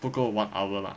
不够 one hour lah